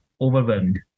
overwhelmed